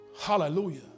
Hallelujah